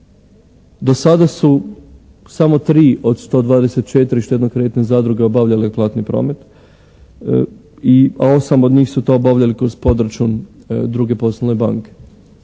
Do sada su samo tri od 124 štedno-kreditne zadruge obavljale platni promet, a 8 od njih su to obavljali kroz podračun druge poslovne banke.